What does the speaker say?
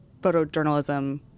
photojournalism